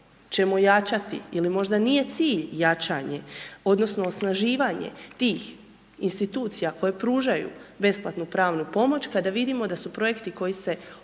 ćemo ojačati ili možda nije cilj jačanje odnosno osnaživanje tih Institucija koje pružaju besplatnu pravnu pomoć, kada vidimo da su projekti koji se odobravaju